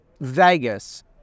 Vegas